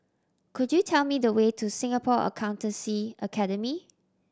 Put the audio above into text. could you tell me the way to Singapore Accountancy Academy